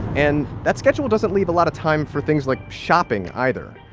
and that schedule doesn't leave a lot of time for things like shopping either,